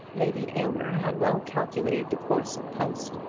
lady aylmer had well calculated the course of post,